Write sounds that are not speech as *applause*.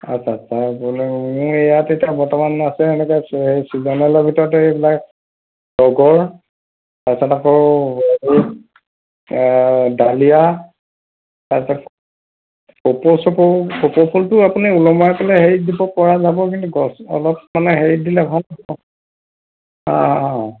আচ্ছা আচ্ছা *unintelligible* মোৰ ইয়াত এতিয়া বৰ্তমান আছে এনেকৈ হেৰি চিজনেলৰ ভিতৰত এইবিলাক তগৰ তাৰপাছত আকৌ এই ডালিয়া তাৰপাছত কপৌ চপৌ কপৌ ফুলটো আপুনি ওলমাই থ'লে হেৰিত দিবপৰা যাব কিন্তু গছ অলপ মানে হেৰিত দিলে ভাল অঁ অঁ অঁ অঁ